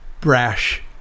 brash